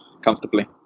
comfortably